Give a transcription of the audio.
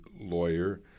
lawyer